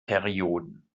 perioden